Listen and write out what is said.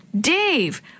Dave